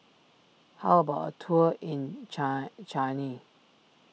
how about a tour in Chile